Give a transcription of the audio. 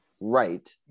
right